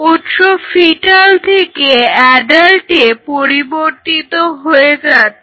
উৎস ফিটাল থেকে অ্যাডাল্টে পরিবর্তিত হয়ে যাচ্ছে